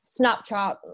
Snapchat